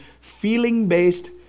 feeling-based